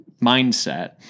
mindset